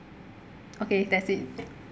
okay that's it